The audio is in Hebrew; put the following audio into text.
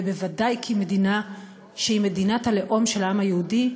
ובוודאי כמדינה שהיא מדינת הלאום של העם היהודי,